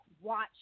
watch